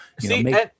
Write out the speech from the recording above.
See